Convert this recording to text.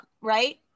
right